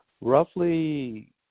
roughly